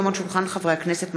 הצעת חוק יסודות התקציב (תיקון,